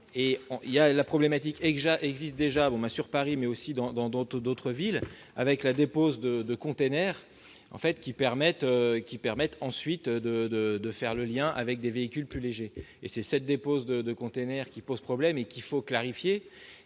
La problématique existe déjà sur Paris, mais aussi dans d'autres villes, avec la dépose de conteneurs, qui permettent ensuite de faire le lien avec des véhicules plus légers. C'est cette dépose qui pose problème. Comme cela